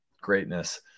greatness